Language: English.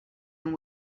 and